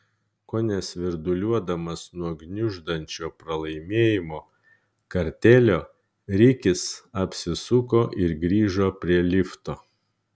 kone svirduliuodamas nuo gniuždančio pralaimėjimo kartėlio rikis apsisuko ir grįžo prie lifto